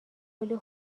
کلی